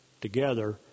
together